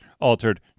Altered